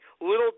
little